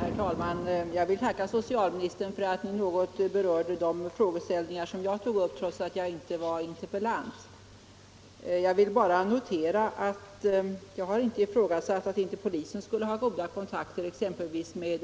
Herr talman! Jag vill tacka socialministern för att han något berörde de frågeställningar som jag tog upp trots att jag inte är interpellant. Jag har inte ifrågasatt polisens goda kontakter, exempelvis med